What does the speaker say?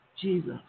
Jesus